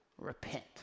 Repent